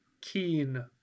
keen